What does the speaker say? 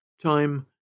Time